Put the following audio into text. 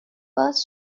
باز